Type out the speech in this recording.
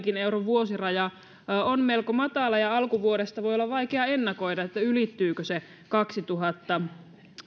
euron vuosiraja on melko matala ja alkuvuodesta voi olla vaikea ennakoida ylittyykö se kaksituhatta